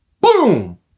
Boom